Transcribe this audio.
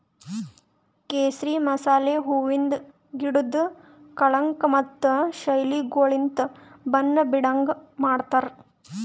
ಕೇಸರಿ ಮಸಾಲೆ ಹೂವಿಂದ್ ಗಿಡುದ್ ಕಳಂಕ ಮತ್ತ ಶೈಲಿಗೊಳಲಿಂತ್ ಬಣ್ಣ ಬೀಡಂಗ್ ಮಾಡ್ತಾರ್